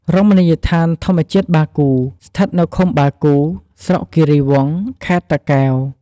រមណីយដ្ឋានធម្មជាតិបាគូរស្ថិតនៅឃុំបាគូរ ស្រុកគីរីវង់ ខេត្តតាកែវ។